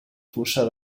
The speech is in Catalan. fossar